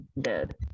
dead